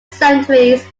centuries